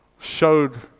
showed